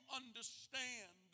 understand